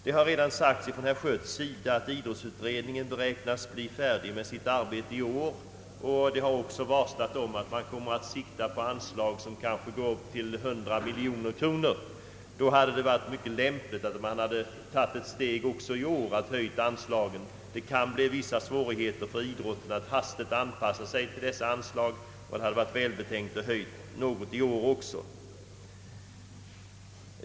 Herr Schött har redan sagt att idrottsutredningen beräknas bli färdig med sitt arbete i år. Det har också varslats om att den kommer att sikta på anslag som kanske går upp till 100 miljoner kronor per år. Om så blir fallet, hade det varit mycket lämpligt att riksdagen också i år tagit ett steg framåt och höjt anslagen. Det kan bli vissa svårigheter för idrottsorganisationerna att hastigt anpassa sig till kraftigt höjda anslag, och det hade alltså varit välbetänkt att höja mera i år.